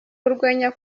urwenya